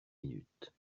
minutes